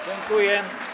Dziękuję.